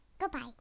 Goodbye